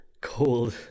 cold